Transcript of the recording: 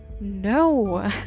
No